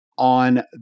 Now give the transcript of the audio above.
On